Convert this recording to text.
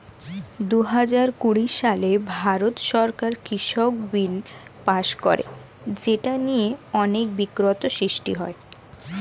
দুহাজার কুড়ি সালে ভারত সরকার কৃষক বিল পাস করে যেটা নিয়ে অনেক বিতর্ক সৃষ্টি হয়